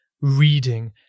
reading